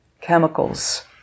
chemicals